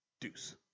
Deuce